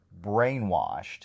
brainwashed